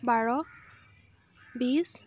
বাৰ বিছ